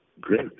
Great